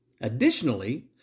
Additionally